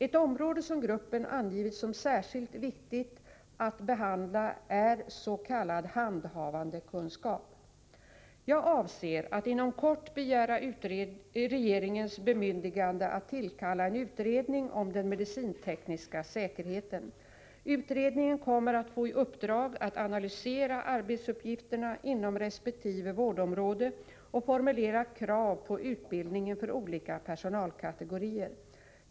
Ett område som gruppen angivit som särskilt viktigt att behandla är s.k. handhavandekunskap. Jag avser att inom kort begära regeringens bemyndigande att tillkalla en utredning om den medicintekniska säkerheten. Utredningen kommer att få i uppdrag att analysera arbetsuppgifterna inom resp. vårdområde och formulera krav på utbildningen för olika personalkategorier.